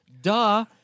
Duh